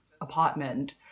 apartment